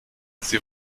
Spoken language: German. sie